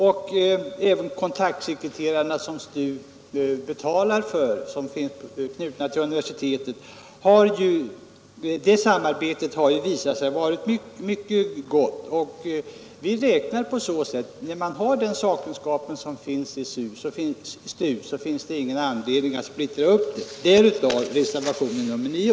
Även samarbetet med de sekreterare som betalas av STU och som är knutna till universiteten har varit och är mycket gott. Och när nu denna sakkunskap finns i STU är det ingen anledning att splittra upp verksamheten. Därav reservationen 9.